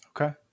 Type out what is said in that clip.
Okay